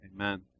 amen